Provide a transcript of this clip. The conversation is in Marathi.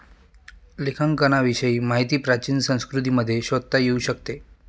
लेखांकनाविषयी माहिती प्राचीन संस्कृतींमध्ये शोधता येऊ शकते